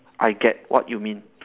I get what you mean